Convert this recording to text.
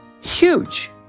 huge